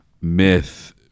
myth